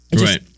right